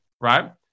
right